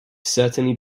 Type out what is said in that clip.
certainly